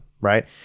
right